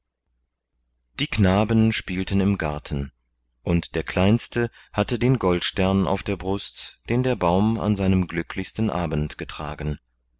die knaben spielten im garten und der kleinste hatte den goldstern auf der brust den der baum an seinem glücklichsten abend getragen